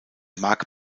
mag